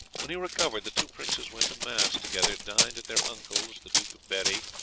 when he recovered, the two princes went to mass together, dined at their uncle's, the duke of berri,